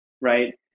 right